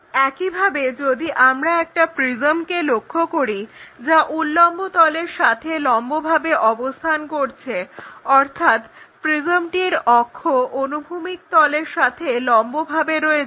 একইভাবে যদি আমরা একটা প্রিজমকে লক্ষ্য করি যা উল্লম্ব তলের সাথে লম্বভাবে অবস্থান করছে অর্থাৎ প্রিজমটির অক্ষ অনুভূমিক তলের সাথে লম্ব ভাবে রয়েছে